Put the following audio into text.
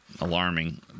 alarming